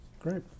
great